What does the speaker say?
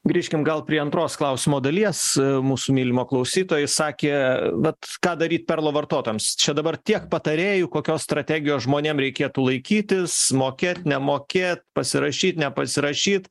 grįžkim gal prie antros klausimo dalies mūsų mylimo klausytojai sakė vat ką daryt perlo vartotojams čia dabar tiek patarėjų kokios strategijos žmonėm reikėtų laikytis mokėt nemokėt pasirašyt nepasirašyt